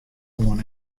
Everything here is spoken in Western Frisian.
oan